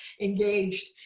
engaged